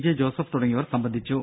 J Joseph തുടങ്ങിയവർ സംബന്ധിച്ചു